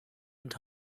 and